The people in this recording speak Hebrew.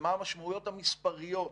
ומה המשמעויות המספריות.